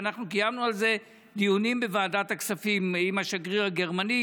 ואנחנו קיימנו על זה דיונים בוועדת הכספים עם השגריר הגרמני.